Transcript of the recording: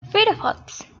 firefox